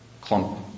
clump